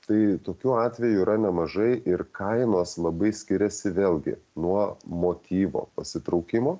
tai tokių atvejų yra nemažai ir kainos labai skiriasi vėlgi nuo motyvo pasitraukimo